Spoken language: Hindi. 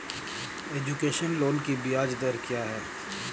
एजुकेशन लोन की ब्याज दर क्या है?